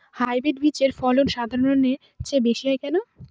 Hybrid বীজের ফলন সাধারণের চেয়ে বেশী হয় কেনো?